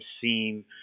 seen